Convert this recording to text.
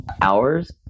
hours